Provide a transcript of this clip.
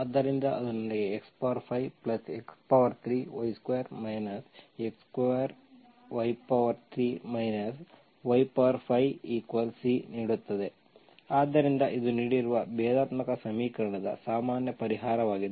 ಆದ್ದರಿಂದ ಅದು ನನಗೆ x5x3y2 x2y3 y5C ನೀಡುತ್ತದೆ ಆದ್ದರಿಂದ ಇದು ನೀಡಿರುವ ಭೇದಾತ್ಮಕ ಸಮೀಕರಣದ ಸಾಮಾನ್ಯ ಪರಿಹಾರವಾಗಿದೆ